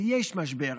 ויש משבר,